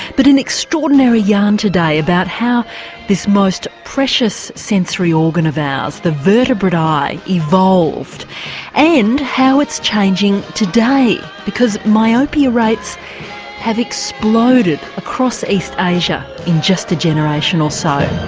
but an extraordinary yarn today about how this most precious sensory organ of ours, the vertebrate eye evolved and how it's changing today, because myopia rates have exploded across east asia in just a generation or so.